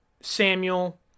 Samuel